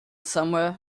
somewhere